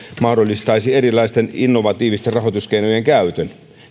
mahdollistaisi erilaisten innovatiivisten rahoituskeinojen käytön